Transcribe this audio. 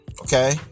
okay